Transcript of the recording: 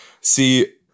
See